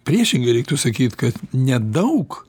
priešingai reiktų sakyti kad nedaug